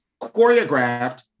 choreographed